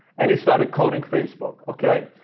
and he started coding facebook, okay?